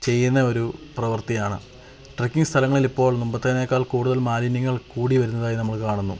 ചെയ്യുന്ന ഒരു പ്രവൃത്തിയാണ് ട്രക്കിംഗ് സ്ഥലങ്ങളില് ഇപ്പോള് മുമ്പത്തേതിനെക്കാള് കൂടുതല് മാലിന്യങ്ങള് കൂടി വരുന്നതായി നമ്മള് കാണുന്നു